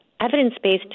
evidence-based